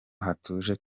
hatuje